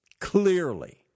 clearly